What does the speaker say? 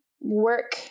work